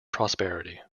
prosperity